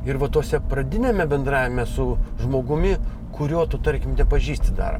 ir va tuose pradiniame bendravime su žmogumi kurio tu tarkim nepažįsti dar